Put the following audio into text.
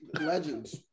legends